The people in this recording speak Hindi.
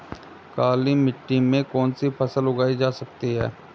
काली मिट्टी में कौनसी फसल उगाई जा सकती है?